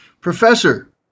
professor